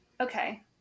Okay